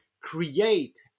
create